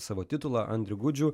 savo titulą andrių gudžių